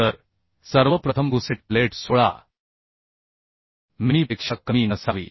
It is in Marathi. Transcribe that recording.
तर सर्वप्रथम गुसेट प्लेट 16 मिमीपेक्षा कमी नसावी